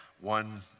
one